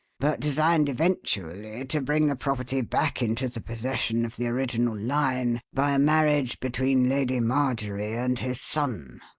but designed eventually to bring the property back into the possession of the original line by a marriage between lady marjorie and his son.